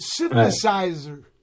synthesizer